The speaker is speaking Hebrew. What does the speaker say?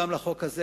גם לחוק הזה,